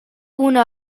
una